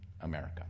America